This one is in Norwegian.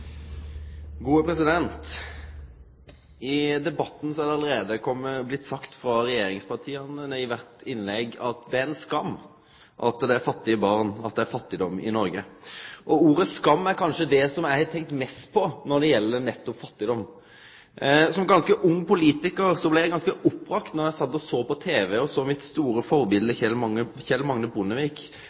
det allereie blitt sagt i kvart innlegg frå regjeringspartia at det er ei skam at det er fattige barn, at det er fattigdom i Noreg. Ordet «skam» er kanskje det som eg har tenkt mest på når det gjeld nettopp fattigdom. Som ganske ung politikar blei eg ganske opprørt då eg sat og såg på tv og såg mitt store førebilete Kjell Magne Bondevik